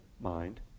mind